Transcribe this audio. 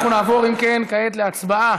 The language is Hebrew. אם כן, אנחנו נעבור כעת להצבעה